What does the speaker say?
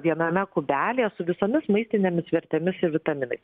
viename kubelyje su visomis maistinėmis vertėmis ir vitaminais